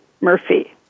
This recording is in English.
Murphy